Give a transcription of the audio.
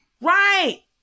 Right